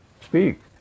speak